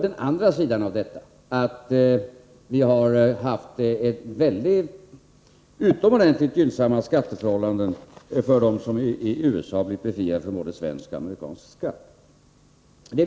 Den andra sidan av denna sak har nämligen varit de utomordentligt gynnsamma skatteförhållandena för dem som i USA blivit befriade från både svensk och amerikansk skatt.